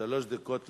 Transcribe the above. שלוש דקות לרשותך,